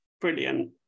brilliant